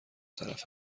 طرف